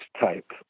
type